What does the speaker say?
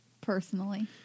personally